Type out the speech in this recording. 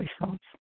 results